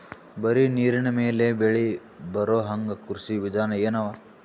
ಬರೀ ನೀರಿನ ಮೇಲೆ ಬೆಳಿ ಬರೊಹಂಗ ಕೃಷಿ ವಿಧಾನ ಎನವ?